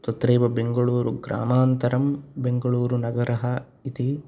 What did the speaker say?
तत्रैव बेङ्गलूरुग्रामान्तरं बेङ्गलूरुनगरम् इति